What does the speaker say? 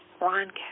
Ron